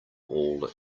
all